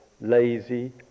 lazy